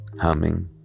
Humming